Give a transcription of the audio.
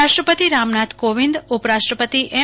રાષ્ટ્રપતિ રામનાથ કોવિંદ ઉપરાષ્ટ્રપતિ એમ